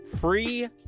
free